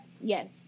Yes